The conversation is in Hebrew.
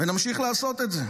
ונמשיך לעשות את זה.